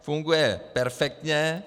Funguje perfektně.